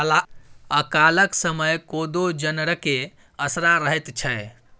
अकालक समय कोदो जनरेके असरा रहैत छै